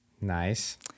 Nice